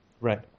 Right